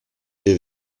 est